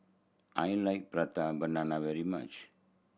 I like Prata Banana very much